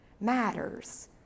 matters